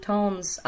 Tones